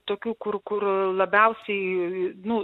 tokių kur kur labiausiai nu